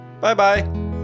Bye-bye